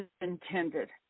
intended